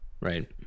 Right